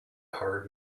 hard